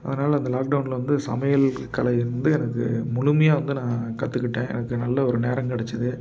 அதனால் அந்த லாக்டவுன்ல வந்து சமையல் கலை வந்து எனக்கு முழுமையா வந்து நான் கற்றுக்கிட்டேன் எனக்கு நல்ல ஒரு நேரம் கெடைச்சிது